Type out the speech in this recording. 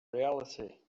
reality